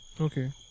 okay